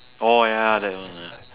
oh ya that one ah